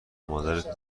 مادرت